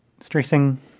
stressing